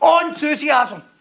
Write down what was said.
Enthusiasm